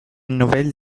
nouvelle